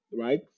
right